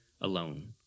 alone